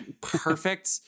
perfect